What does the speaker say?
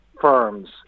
firms